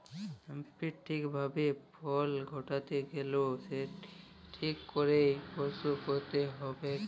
হ্যাঁম্পের ঠিক ভাবে ফলল ঘটাত্যে গ্যালে সেটকে ঠিক কইরে পরসেস কইরতে হ্যবেক